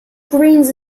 greens